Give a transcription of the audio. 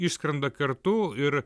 išskrenda kartu ir